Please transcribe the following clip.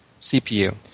CPU